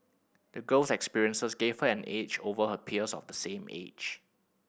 the girl's experiences gave her an edge over her peers of the same age